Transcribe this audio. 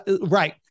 Right